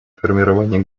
формирования